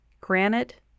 Granite